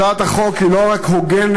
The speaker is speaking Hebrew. הצעת החוק היא לא רק הוגנת,